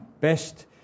best